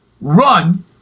run